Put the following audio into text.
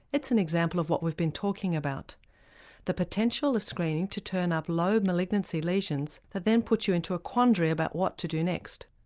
it's an example of what we've been talking about the potential of screening to turn up low malignancy lesions that then put you into a quandary about what to do next.